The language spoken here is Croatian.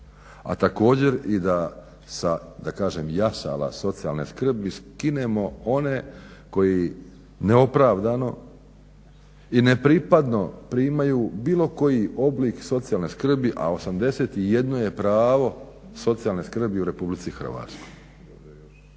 …/Govornik se ne razumije./… socijalne skrbi skinemo one koji neopravdano i nepripadno primaju bilo koji oblik socijalne skrbi a 81 je pravo socijalne skrbi u Republici Hrvatskoj.